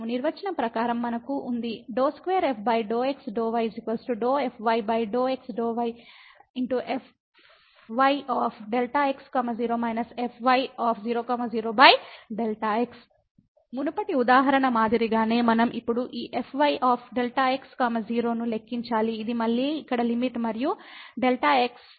నిర్వచనం ప్రకారం మనకు ఈ ఈక్వేషన్ వస్తుంది ∂2f ∂x ∂y ∂fy ∂x ∂y fyΔx 0 − fy0 0 Δx మునుపటి ఉదాహరణ మాదిరిగానే మనం ఇప్పుడు ఈ fyΔx 0 ను లెక్కించాలి ఇది మళ్ళీ ఇక్కడ లిమిట్ మరియు Δy → 0 అవుతుంది